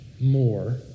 more